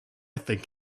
think